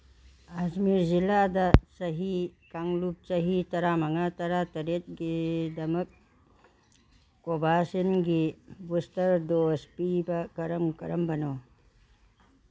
ꯑꯖꯃꯤꯔ ꯖꯤꯂꯥꯗ ꯆꯍꯤ ꯀꯥꯡꯂꯨꯞ ꯆꯍꯤ ꯇꯔꯥ ꯃꯉꯥ ꯇꯔꯥ ꯇꯔꯦꯠꯀꯤꯗꯃꯛ ꯀꯣꯕꯥꯁꯤꯟꯒꯤ ꯕꯨꯁꯇꯔ ꯗꯣꯁ ꯄꯤꯕ ꯀꯔꯝ ꯀꯔꯝꯕꯅꯣ